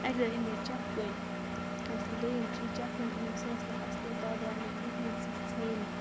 اَکہِ دۄہ أنۍ مےٚ چَپٕنۍ یُس دوٚیِم چیٖز چَپٕنۍ أنِم سٕہ ٲس نہٕ اصلٕے تتھ درٛاو نہٕ کِہیٖنۍ سَہ ژھیٚن